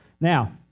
Now